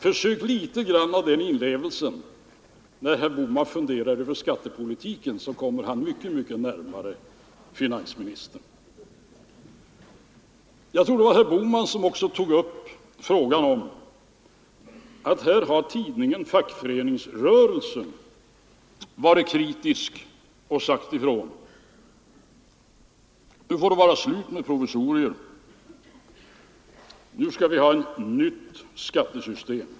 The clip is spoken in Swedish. Försök med litet grand av den inlevelsen när herr Bohman funderar över skattepolitiken, så kommer han mycket närmare finansministern! Jag tror det var herr Bohman som också talade om att här har tidningen Fackföreningsrörelsen varit kritisk och sagt ifrån att nu får det vara slut med provisorier, nu skall vi ha ett nytt skattesystem.